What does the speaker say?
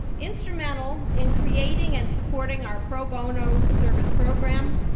instrumental in creating and supporting our pro bono service program.